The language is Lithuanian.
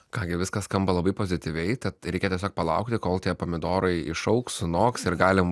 ką gi viskas skamba labai pozityviai tad reikia tiesiog palaukti kol tie pomidorai išaugs sunoks ir galim